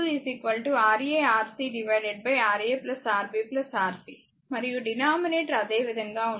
అదేవిధంగా R2 Ra Rc Ra Rb Rc మరియు denominator అదేవిధంగా ఉంటుంది